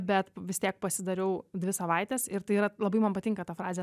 bet vis tiek pasidariau dvi savaites ir tai yra labai man patinka ta frazė